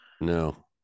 no